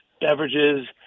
beverages